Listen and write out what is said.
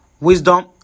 wisdom